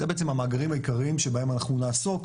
אלה בעצם המאגרים העיקריים שבהם אנחנו נעסוק,